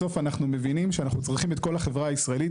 בסוף אנחנו מבינים שאנחנו צריכים את כל החברה הישראלית,